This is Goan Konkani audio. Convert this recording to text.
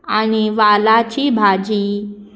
आनी वालाची भाजी